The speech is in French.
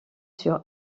sur